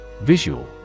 Visual